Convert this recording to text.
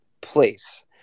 place